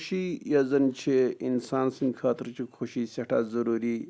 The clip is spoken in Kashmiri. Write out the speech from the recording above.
خوشی یۄس زَن چھِ اِنسان سٕںٛدِ خٲطرٕ چھِ خوشی سٮ۪ٹھاہ ضٔروٗری